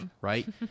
right